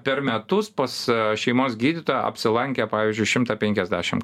per metus pas šeimos gydytoją apsilankė pavyzdžiui šimtą penkiasdešim